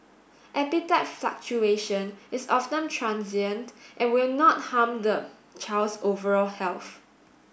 appetite fluctuation is often transient and will not harm the child's overall health